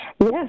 Yes